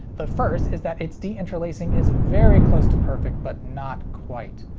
the first is that its deinterlacing is very close to perfect, but not quite.